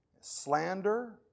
Slander